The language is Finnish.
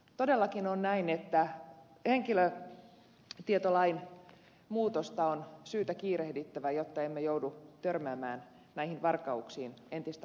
todellakin on näin että henkilötietolain muutosta on syytä kiirehtiä jotta emme joudu törmäämään näihin varkauksiin entistä